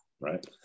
right